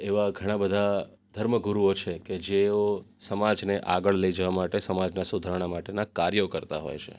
એવા ઘણા બધા ધર્મ ગુરુઓ છે કે જેઓ સમાજને આગળ લઈ જવા માટે સમાજનાં સુધરાણા માટેનાં કાર્યો કરતા હોય છે